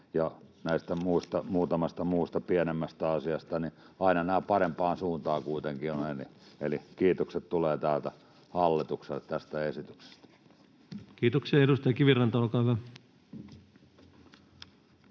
nämä muutamat muut pienemmät asiat — aina nämä parempaan suuntaan kuitenkin ovat. Eli kiitokset tulevat täältä hallitukselle tästä esityksestä. Kiitoksia. — Edustaja Kiviranta, olkaa hyvä.